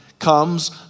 comes